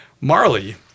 Marley